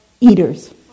Eaters